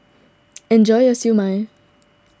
enjoy your Siew Mai